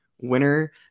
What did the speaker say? winner